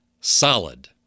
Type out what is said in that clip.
Solid